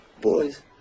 Boys